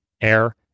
air